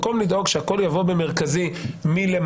במקום לדאוג שהכול יבוא במכרזי מלמעלה,